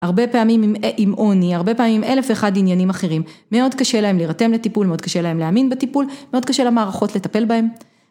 ‫הרבה פעמים עם עוני, ‫הרבה פעמים עם אלף ואחד עניינים אחרים. ‫מאוד קשה להם להרתם לטיפול, ‫מאוד קשה להם להאמין בטיפול, ‫מאוד קשה למערכות לטפל בהם.